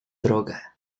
drogę